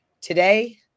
today